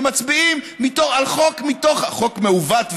ומצביעים על חוק מעוות,